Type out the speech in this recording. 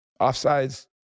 Offsides